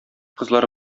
кызлары